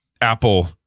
Apple